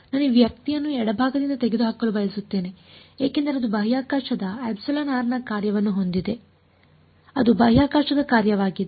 ನಾನು ಈ ವ್ಯಕ್ತಿಯನ್ನು ಎಡಭಾಗದಿಂದ ತೆಗೆದುಹಾಕಲು ಬಯಸುತ್ತೇನೆ ಏಕೆಂದರೆ ಅದು ಬಾಹ್ಯಾಕಾಶದ ನ ಕಾರ್ಯವನ್ನು ಹೊಂದಿದೆ ಅದು ಬಾಹ್ಯಾಕಾಶದ ಕಾರ್ಯವಾಗಿದೆ